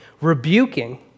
Rebuking